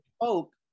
hope